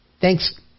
Thanks